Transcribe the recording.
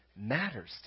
matters